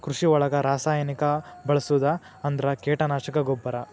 ಕೃಷಿ ಒಳಗ ರಾಸಾಯನಿಕಾ ಬಳಸುದ ಅಂದ್ರ ಕೇಟನಾಶಕಾ, ಗೊಬ್ಬರಾ